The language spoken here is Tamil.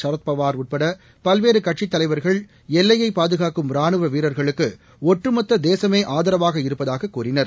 சரத்பவார் உட்பட பல்வேறு கட்சித் தலைவர்கள் எல்லையை பாதுகாக்கும் ரானுவ வீரர்களுக்கு ஒட்டுமொத்த தேசமே ஆதரவாக இருப்பதாக கூறினர்